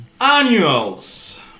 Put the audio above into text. annuals